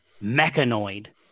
mechanoid